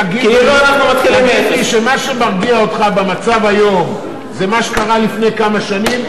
תגיד לי שמה שמרגיע אותך במצב היום זה מה שקרה לפני כמה שנים,